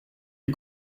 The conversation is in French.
les